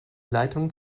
leitungen